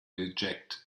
reject